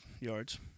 yards